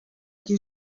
qui